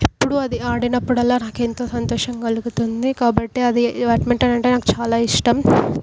ఎప్పడూ అది ఆడినప్పుడల్లా నాకు ఎంతో సంతోషం కలుగుతుంది కాబట్టి అది బ్యాడ్మింటన్ అంటే నాకు చాలా ఇష్టం